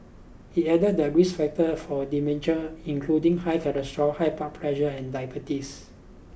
he added that risk factor for dementia including high cholesterol high blood pressure and diabetes